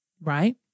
right